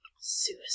Suicide